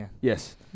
Yes